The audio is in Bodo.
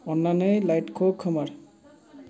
अन्नानै लाइटखौ खोमोर